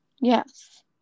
Yes